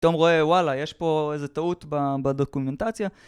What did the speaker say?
פתאום רואה- וואלה, יש פה איזו טעות בדוקומנטציה.